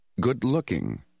Good-looking